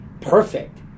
perfect